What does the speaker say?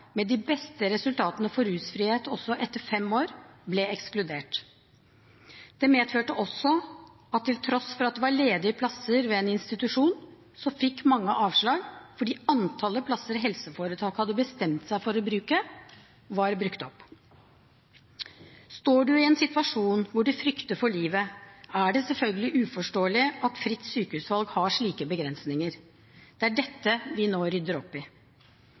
med de beste resultatene for rusfrihet også etter fem år, ble ekskludert. Det medførte også at til tross for at det var ledige plasser ved en institusjon, fikk mange avslag fordi antallet plasser helseforetaket hadde bestemt seg for å bruke, var brukt opp. Står du i en situasjon hvor du frykter for livet, er det selvfølgelig uforståelig at fritt sykehusvalg har slike begrensninger. Det er dette vi nå rydder opp i.